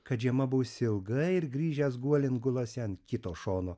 kad žiema bus ilga ir grįžęs guolin gulasi ant kito šono